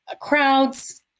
crowds